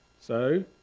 so